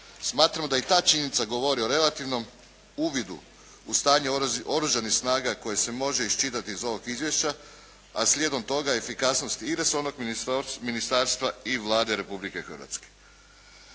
Smatramo da i ta činjenica govori o relativnom uvidu u stanje Oružanih snaga koje se može iščitati iz ovog izvješća, a slijedom toga efikasnost i resornog ministarstva i Vlade Republike Hrvatske.